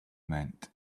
meant